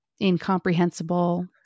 incomprehensible